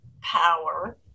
power